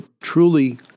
truly